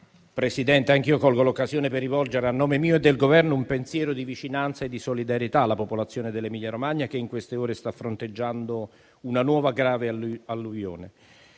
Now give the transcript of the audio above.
Presidente, anch'io colgo l'occasione per rivolgere a nome mio e del Governo un pensiero di vicinanza e di solidarietà alla popolazione dell'Emilia-Romagna, che in queste ore sta fronteggiando una nuova grave alluvione.